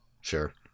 Sure